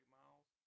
miles